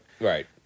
right